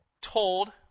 told